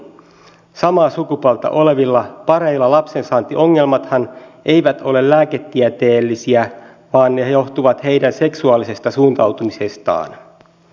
samaa sukupuolta olevilla pareilla lapsensaantiongelmathan eivät ole lääketieteellisiä vaan johtuvat heidän seksuaalisesta suuntautumisestaan